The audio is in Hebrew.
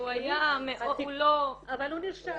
אבל הוא לא --- אבל הוא נרשם.